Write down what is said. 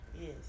Yes